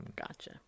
Gotcha